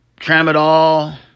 Tramadol